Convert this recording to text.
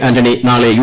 ആന്റണി നാളെ യു